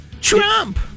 Trump